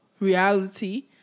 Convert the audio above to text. reality